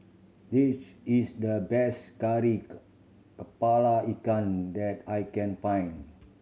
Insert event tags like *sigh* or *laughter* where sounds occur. this is the best kari *unintelligible* kepala ikan that I can find